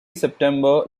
september